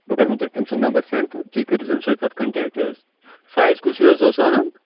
بہٕ کَرٕمَو تۄہہِ تٔمی سُنٛد نمبر سینٛڈ تہٕ تُہۍ کٔرۍزیٚو تٔمِس سۭتۍ پَتہٕ کَنٛٹیکٹہٕ حظ سایِز کُس ہیٛوٗ حظ اوس اَنُن